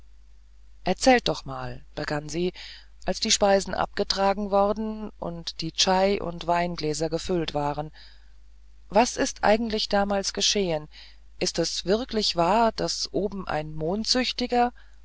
erzählt doch mal begann sie als die speisen abgetragen worden und die tschaj und weingläser gefüllt waren was ist eigentlich damals geschehen ist es wirklich wahr daß oben ein